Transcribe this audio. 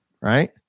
right